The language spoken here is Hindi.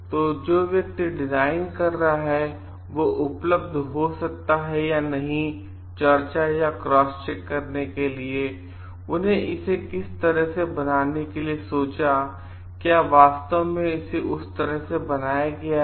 तो जो व्यक्ति डिजाइन कर रहा है वह उपलब्ध हो सकता है या नहीं चर्चा या क्रॉस चेक करने के लिए उन्होंने इसे किस तरह से बनाने के लिए सोचा क्या यह वास्तव में उस तरह से बनाया गया है